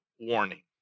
warning